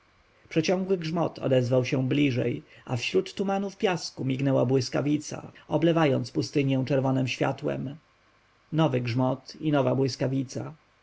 przeciągły grzmot odezwał się bliżej a wśród tumanów piasku mignęła błyskawica oblewając pustynię czerwonem światłem nowy grzmot i nowa błyskawica